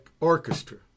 Orchestra